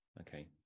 Okay